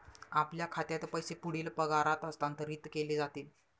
आपल्या खात्यात पैसे पुढील पगारात हस्तांतरित केले जातील